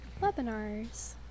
webinars